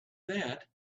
that